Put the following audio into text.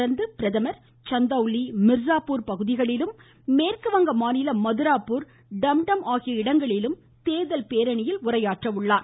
தொடா்ந்து பிரதமா் சந்தௌலி மிா்ஸாபூர் பகுதிகளிலும் மேற்கு வங்க மாநிலம் மதுராபூர் டம் டம் ஆகிய இடங்களிலும் தேர்தல் பேரணியில் உரையாற்றுகிறார்